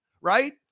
right